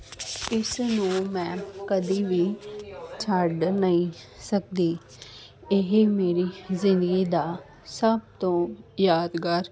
ਇਸ ਨੂੰ ਮੈਂ ਕਦੀ ਵੀ ਛੱਡ ਨਹੀਂ ਸਕਦੀ ਇਹ ਮੇਰੀ ਜ਼ਿੰਦਗੀ ਦਾ ਸਭ ਤੋਂ ਯਾਦਗਾਰ